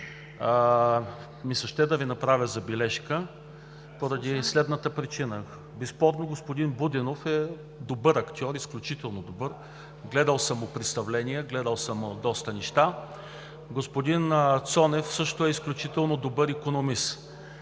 ми се ще да Ви направя забележка поради следната причина. Безспорно господин Будинов е добър актьор, изключително добър, гледал съм му представления, гледал съм му доста неща. Господин Цонев също е изключително добър икономист.